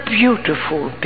beautiful